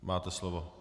Máte slovo.